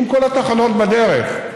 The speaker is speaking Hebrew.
עם כל התחנות בדרך.